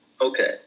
Okay